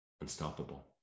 unstoppable